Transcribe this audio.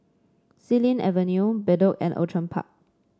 Xilin Avenue Bedok and Outram Park